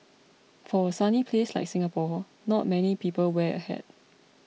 for a sunny place like Singapore not many people wear a hat